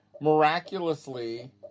miraculously